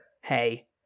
hey